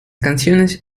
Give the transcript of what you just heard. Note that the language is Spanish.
canciones